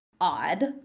odd